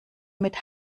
mit